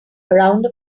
around